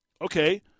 Okay